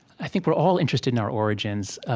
i think we're all interested in our origins.